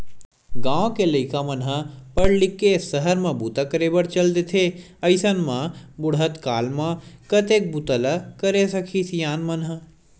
गाँव के लइका मन ह पड़ लिख के सहर म बूता करे बर चल देथे अइसन म बुड़हत काल म कतेक बूता ल करे सकही सियान मन ह